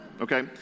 Okay